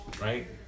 right